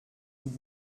tout